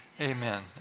Amen